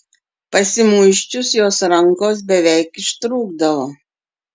pasimuisčius jos rankos beveik ištrūkdavo